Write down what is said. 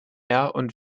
und